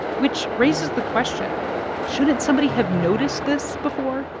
which raises the question shouldn't somebody have noticed this before?